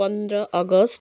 पन्ध्र अगस्त